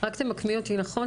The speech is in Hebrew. רק תמקמי אותי נכון,